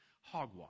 Hogwash